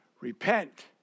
repent